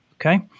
okay